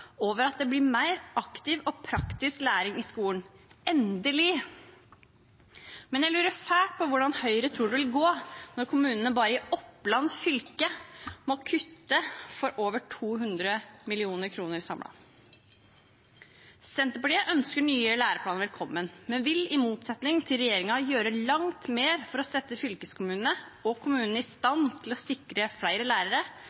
over at det blir mer aktiv og praktisk læring i skolen – endelig. Men jeg lurer fælt på hvordan Høyre tror det vil gå når kommunene bare i Oppland fylke må kutte for over 200 mill. kr samlet. Senterpartiet ønsker nye læreplaner velkommen, men vil i motsetning til regjeringen gjøre langt mer for å sette fylkeskommunene og kommunene i stand til å sikre flere lærere